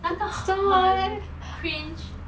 那个很 cringe